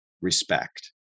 respect